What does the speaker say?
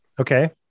Okay